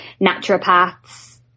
naturopaths